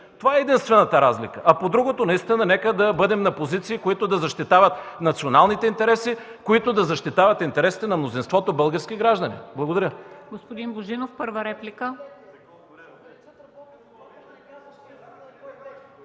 Това е единствената разлика. По другото нека да бъдем на позиции, които да защитават националните интереси, интересите на мнозинството български граждани. Благодаря.